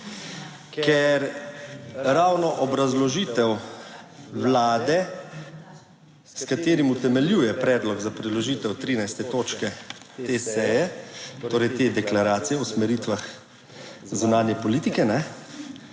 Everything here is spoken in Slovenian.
ker ravno obrazložitev Vlade, s katerim utemeljuje predlog za preložitev 13. točke te seje, torej te deklaracije o usmeritvah zunanje politike